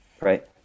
Right